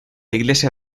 iglesia